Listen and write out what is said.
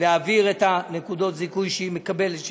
להעביר את נקודות הזיכוי שהיא מקבלת,